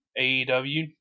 AEW